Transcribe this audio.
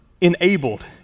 enabled